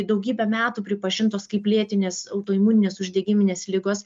daugybę metų pripažintos kaip lėtinės autoimuninės uždegiminės ligos